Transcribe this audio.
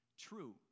true